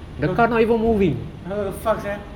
!huh! then what the fuck sia